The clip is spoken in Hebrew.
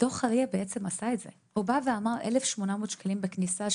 דוח ה-RIA עשה את זה 1,800 שקלים בכניסה,